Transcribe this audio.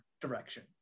direction